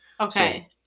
Okay